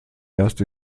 erst